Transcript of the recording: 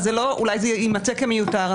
אולי זה יימצא כמיותר.